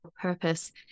purpose